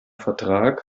vertrag